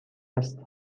است